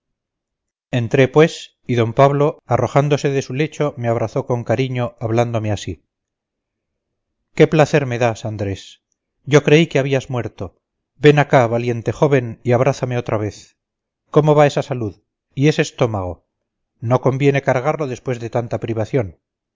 entré pues y d pablo arrojándose de su lecho me abrazó con cariño hablándome así qué placer me das andrés yo creí que habías muerto ven acá valiente joven y abrázame otra vez cómo va esa salud y ese estómago no conviene cargarlo después de tanta privación